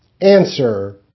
Answer